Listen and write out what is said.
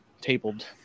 tabled